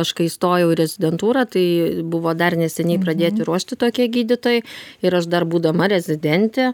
aš kai įstojau į rezidentūrą tai buvo dar neseniai pradėti ruošti tokie gydytojai ir aš dar būdama rezidentė